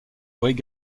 voient